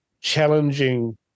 challenging